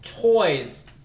toys